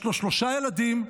יש לו שלושה ילדים,